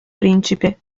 principe